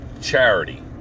charity